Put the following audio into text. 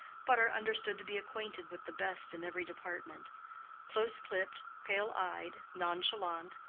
but are understood to be acquainted with the best in every department close-clipped, pale-eyed, nonchalant,